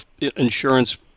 insurance